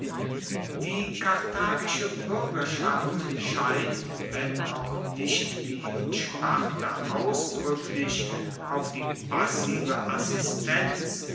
die karthagische buergerschaft scheint wenn auch nicht wie in sparta ausdruecklich auf die passive assistenz